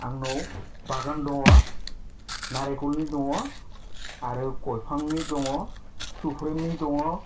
आंनाव बागान दङ नालेंखरनि दङ आरो गय बिफांनि दङ सौफ्रोमनि दङ